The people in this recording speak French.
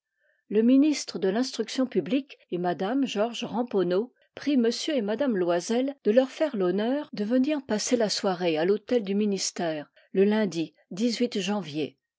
le ministre de l'instruction publique et mtm georges ramponneau prient m et m loisel de leur faire l'honneur de venir f asser la soirée à l'hôtel du ministère le undi